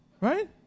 right